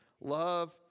Love